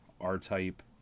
R-Type